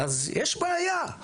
אז יש בעיה.